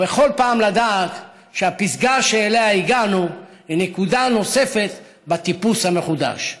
ובכל פעם לדעת שהפסגה שאליה הגענו היא נקודה נוספת בטיפוס המחודש.